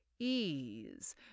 ease